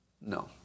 No